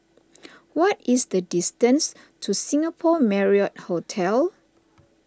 what is the distance to Singapore Marriott Hotel